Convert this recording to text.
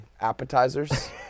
appetizers